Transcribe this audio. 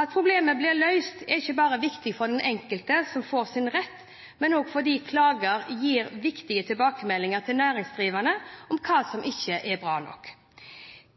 At problemet blir løst, er ikke bare viktig for den enkelte som får sin rett, men også fordi klager gir viktige tilbakemeldinger til næringsdrivende om hva som ikke er bra nok.